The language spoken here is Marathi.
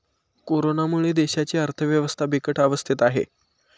कोरोनामुळे देशाची अर्थव्यवस्था बिकट अवस्थेत आहे